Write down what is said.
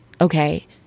Okay